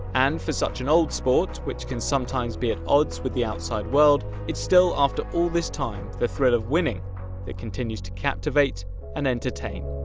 and for such an old sport, which can sometimes be at odds with the outside world, it's still after all this time the thrill of winning that continues to captivate and entertain.